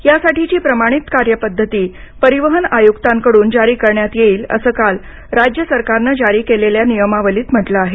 यासाठीची प्रमाणित कार्यपद्धती परिवहन आयुक्तांकडून जारी करण्यात येईल असं काल राज्य सरकारनं जारी केलेल्या नियमावलीत म्हटलं आहे